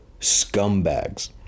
scumbags